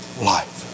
life